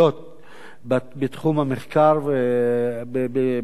בתחום המחקר בעולם בכלל.